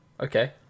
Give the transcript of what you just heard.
Okay